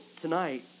tonight